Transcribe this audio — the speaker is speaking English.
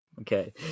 Okay